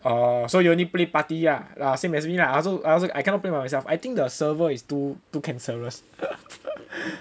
oh so you only play party lah same as me lah I also I cannot play by myself I think the server is too too cancerous